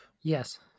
yes